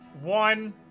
one